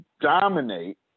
dominate